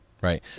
right